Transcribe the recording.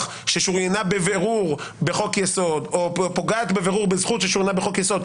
ששוריינה בבירור בחוק יסוד או פוגעת בבירור בזכות ששוריינה בחוק יסוד,